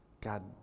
God